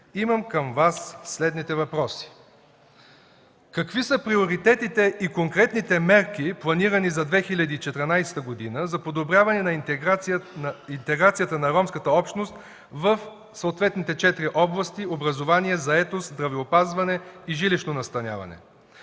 имам към Вас следните въпроси: Какви са приоритетите и конкретните мерки, планирани за 2014 г. за подобряване на интеграцията на ромската общност в съответните четири области – образование, заетост, здравеопазване и жилищно настаняване?